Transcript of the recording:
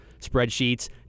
spreadsheets